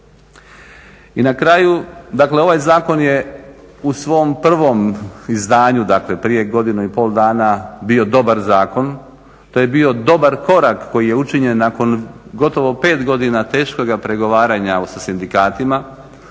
I na kraju, dakle ovaj Zakon je u svom prvom izdanju, dakle prije godinu i pol dana bio dobar zakon. To je bio dobar korak koji je učinjen nakon gotovo pet godina teškoga pregovaranja sa sindikatima.